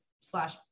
slash